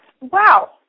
Wow